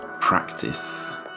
practice